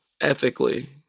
ethically